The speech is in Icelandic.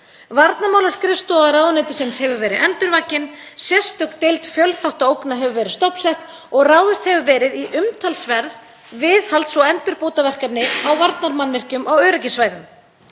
Varnarmálaskrifstofa ráðuneytisins hefur verið endurvakin, sérstök deild fjölþáttaógna hefur verið stofnsett og ráðist hefur verið í umtalsverð viðhalds- og endurbótaverkefni á varnarmannvirkjum á öryggissvæðum.